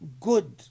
good